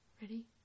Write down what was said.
Ready